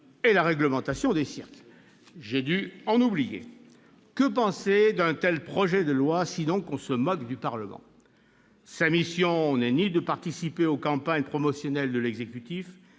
et la réglementation des cirques- j'ai dû en oublier. Que penser d'un tel projet de loi, sinon que l'on se moque du Parlement ? La mission de ce dernier n'est ni de participer aux campagnes promotionnelles de l'exécutif,